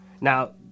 Now